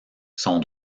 sont